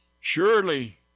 Surely